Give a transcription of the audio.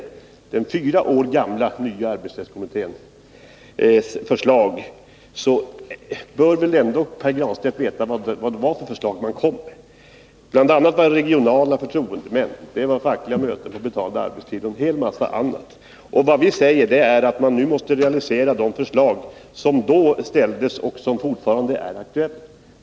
Sedan bör väl Pär Granstedt ändå veta vad det var för förslag som den fyra år gamla nya arbetsrättskommittén kom med. Det var regionala förtroendemän, det var fackliga möten på betald arbetstid och en hel massa annat. Vad vi säger är att man nu måste realisera de förslag som kommittén lade fram och som fortfarande är aktuella.